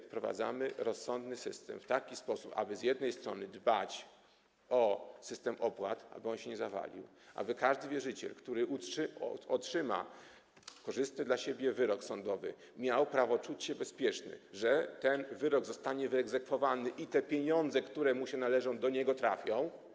Wprowadzamy rozsądny system w taki sposób, aby z jednej strony dbać o system opłat, aby on się nie zawalił, aby każdy wierzyciel, który otrzyma korzystny dla siebie wyrok sądowy, miał prawo czuć się bezpiecznie, wiedział, że ten wyrok zostanie wyegzekwowany i te pieniądze, które mu się należą, do niego trafią.